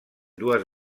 dues